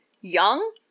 young